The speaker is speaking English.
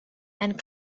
and